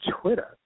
Twitter